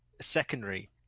secondary